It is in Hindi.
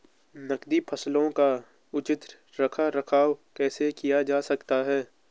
नकदी फसलों का उचित रख रखाव कैसे किया जा सकता है?